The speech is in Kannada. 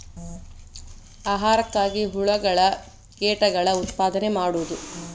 ಆಹಾರಕ್ಕಾಗಿ ಹುಳುಗಳ ಕೇಟಗಳ ಉತ್ಪಾದನೆ ಮಾಡುದು